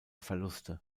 verluste